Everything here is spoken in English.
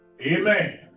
Amen